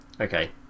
Okay